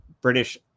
british